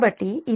063 p